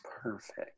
Perfect